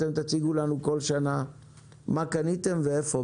אתם תציגו לנו בכל שנה מה קניתם ואיפה,